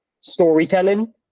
storytelling